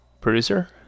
producer